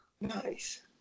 Nice